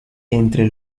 entre